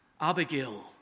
Abigail